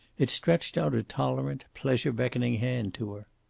it stretched out a tolerant, pleasure-beckoning hand to her.